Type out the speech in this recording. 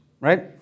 Right